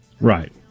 Right